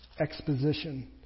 exposition